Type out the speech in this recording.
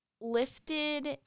lifted